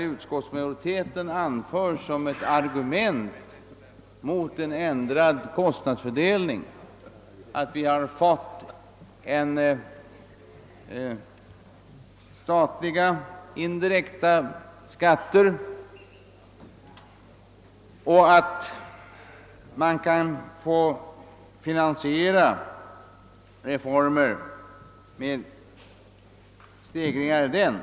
Utskottsmajoriteten anför som ett argument mot en ändrad kostnadsfördelning att vi också har statliga indirekta skatter och att reformer kan komma att finansieras med stegringar i dessa.